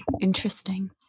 Interesting